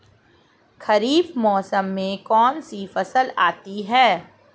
खरीफ मौसम में कौनसी फसल आती हैं?